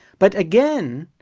but again,